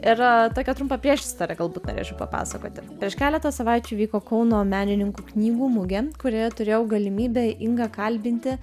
ir tokią trumpą priešistorę galbūt norėčiau papasakoti prieš keletą savaičių vyko kauno menininkų knygų mugė kurioje turėjau galimybę ingą kalbinti